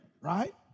Right